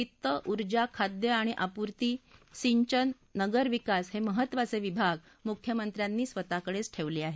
वित्तऊर्जा खाद्य आणि आपूर्वी सिंचन नगरविकास हे महत्त्वाचे विभाग मुख्यमंत्र्यांनी स्वतः कडेच ठेवले आहेत